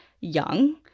young